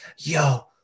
yo